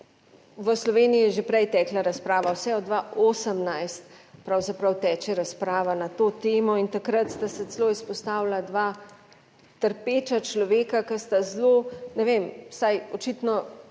v Sloveniji je že prej tekla razprava, vse od 2018 pravzaprav teče razprava na to temo in takrat sta se celo izpostavila dva trpeča človeka, ki sta zelo, ne vem, saj očitno